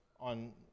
on